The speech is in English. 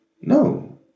No